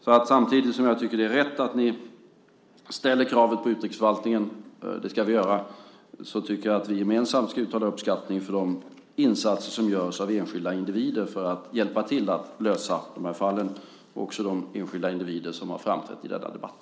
Samtidigt som jag tycker att ni gör rätt i att ställa krav på utrikesförvaltningen - det ska ni göra - tycker jag att vi gemensamt ska uttala uppskattning för de insatser som görs av enskilda individer för att hjälpa till att lösa de här fallen och också av de enskilda individer som framträtt i denna debatt.